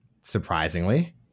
Surprisingly